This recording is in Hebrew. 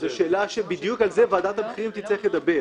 זו שאלה שבדיוק עליה ועדת המחירים תצטרך לדבר.